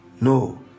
no